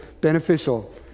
beneficial